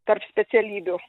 tarp specialybių